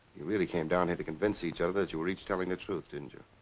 you really came down here to convince each other that you were each telling the truth, didn't you?